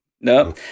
No